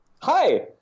hi